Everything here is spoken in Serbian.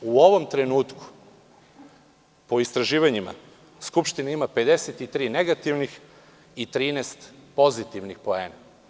U ovom trenutku, po istraživanjima, Skupština ima 53 negativna i 13 pozitivnih poena.